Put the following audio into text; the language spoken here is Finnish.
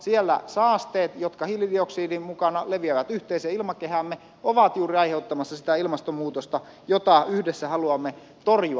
siellä saasteet jotka hiilidioksidin mukana leviävät yhteiseen ilmakehäämme ovat juuri aiheuttamassa sitä ilmastonmuutosta jota yhdessä haluamme torjua